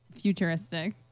futuristic